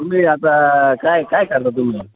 तुम्ही आता काय काय करता तुम्ही